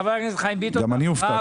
חבר הכנסת חיים ביטון, בבקשה.